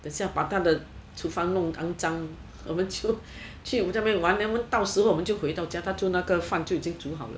等一下把她的厨房弄肮脏我们去那边玩然后到时候我们回到家她的饭就煮好了